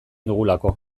dugulako